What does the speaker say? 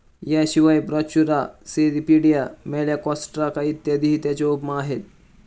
याशिवाय brachyura, cirripedia, malacostraca इत्यादीही त्याच्या उपमा आहेत